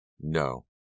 No